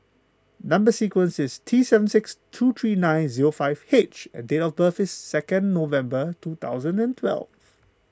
Number Sequence is T seven six two three nine zero five H and date of birth is second November two thousand and twelve